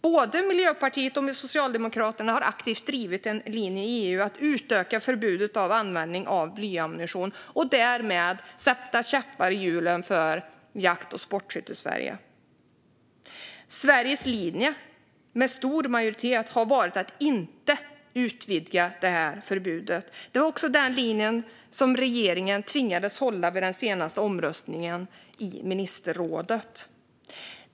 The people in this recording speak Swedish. Både Miljöpartiet och Socialdemokraterna har aktivt drivit en linje i EU som handlar om att utöka förbudet mot användning av blyammunition och därmed sätta käppar i hjulen för Jakt och sportskyttesverige. Sveriges linje har, med stor majoritet, varit att inte utvidga detta förbud. Det är också den linje som regeringen tvingades följa vid den senaste omröstningen i ministerrådet.